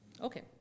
Okay